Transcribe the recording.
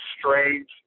strange